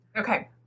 Okay